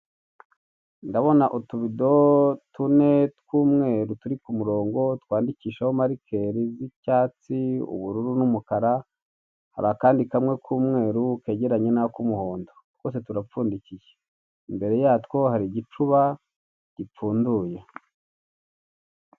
Ndabona utubido tune tw'umweru turi ku murongo twandikishijweho marikeri z'icyatsi, ubururu n'umukara. Hari akandi kamwe k'umweru kegeranye n'ak'umuhondo twose turapfundikiye, imbere yatwo hari igicuba gipfunduye.